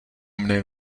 mne